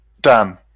Dan